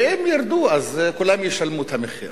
ואם ירדו, כולם ישלמו את המחיר.